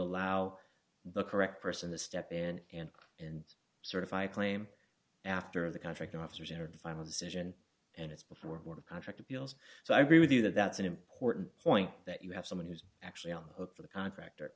allow the correct person to step in and and certify claim after the contract officers entered the final decision and it's before a board of contract appeals so i agree with you that that's an important point that you have someone who's actually on the hook for the contract or